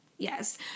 Yes